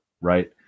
right